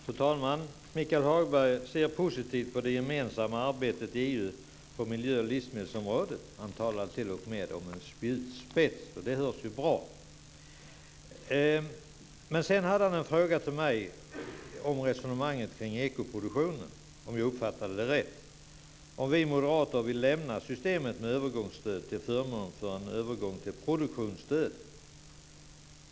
Fru talman! Michael Hagberg ser positivt på det gemensamma arbetet i EU på miljö och livsmedelsområdet. Han talar t.o.m. om en spjutspets, och det låter ju bra. Om jag uppfattade det rätt hade Michael Hagberg en fråga till mig om resonemanget kring ekoproduktionen. Vill vi moderater lämna systemet med övergångsstöd till förmån för produktionsstöd?